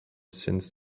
since